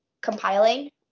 compiling